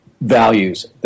values